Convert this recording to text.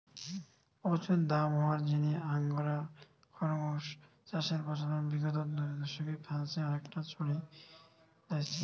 প্রচুর দাম হওয়ার জিনে আঙ্গোরা খরগোস চাষের প্রচলন বিগত দুদশকে ফ্রান্সে অনেকটা ছড়ি যাইচে